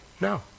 no